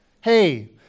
hey